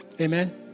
Amen